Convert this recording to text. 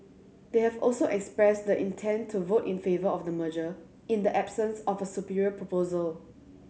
they have also expressed the intent to vote in favour of the merger in the absence of a superior proposal